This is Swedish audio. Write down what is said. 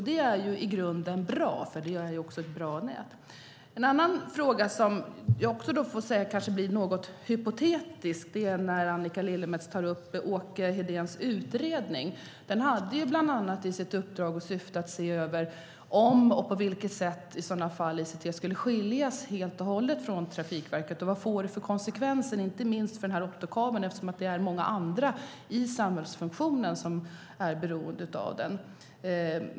Det är i grunden bra, för det ger ett bra nät. En annan fråga som får bli något hypotetisk gäller Åke Hedéns utredning, som Annika Lillemets tar upp. Han hade som uppdrag att bland att se över om och på vilket sätt i sådant fall ICT helt och hållet skulle skiljas från Trafikverket och vad det får för konsekvenser, inte minst för optokabeln eftersom det är många andra i samhällsfunktionen som är beroende av den.